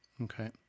okay